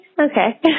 Okay